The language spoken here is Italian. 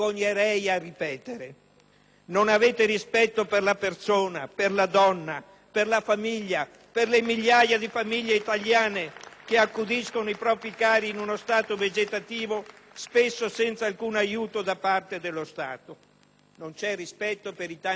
Non avete rispetto per la persona, per la donna, per la famiglia, per le migliaia di famiglie italiane che accudiscono i propri cari in stato vegetativo, spesso senza alcun aiuto da parte dello Stato. *(Applausi dal Gruppo